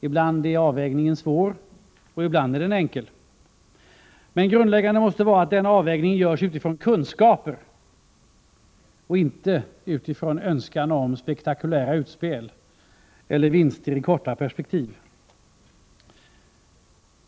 Ibland är avvägningen svår — ibland är den enkel. Men grundläggande måste vara att avvägningen görs utifrån kunskaper och inte utifrån en önskan om spektakulära utspel eller om vinster i korta perspektiv.